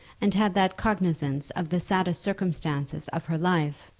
and had that cognisance of the saddest circumstances of her life,